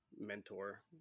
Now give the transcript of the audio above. mentor